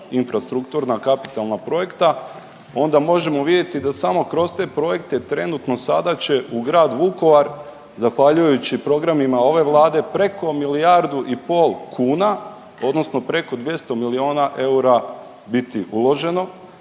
infrastrukturna kapitalna projekta, onda možemo vidjeti da samo kroz te projekte trenutno sada će u grad Vukovar, zahvaljujući programima ove Vlade, preko milijardu i pol kuna, odnosno preko 200 milijuna eura biti uloženo.